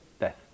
death